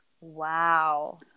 Wow